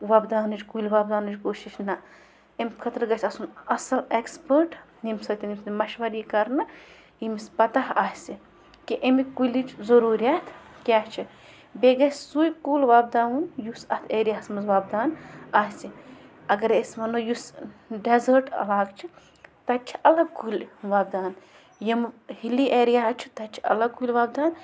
وۄپداونٕچ کُلۍ وۄپداونٕچ کوشِش نَہ امۍ خٲطرٕ گژھِ آسُن اَصٕل اٮ۪کٕسپٲٹ ییٚمۍ سۭتۍ مَشوَر ای کَرنہٕ ییٚمِس پَتَہ آسہِ کہِ ایٚمہِ کُلِچ ضٔروٗریات کیٛاہ چھِ بیٚیہِ گژھِ سُے کُل وۄپداوُن یُس اَتھ ایریاہَس منٛز وۄپدان آسہِ اَگرَے أسۍ وَنو یُس ڈٮ۪زٲٹ علاقہٕ چھِ تَتہِ چھِ اَلگ کُلۍ وۄپدان یِمہٕ ہِلی ایریاہَز چھِ تَتہِ چھِ اَلگ کُلۍ وۄپدان